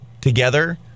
together